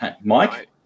mike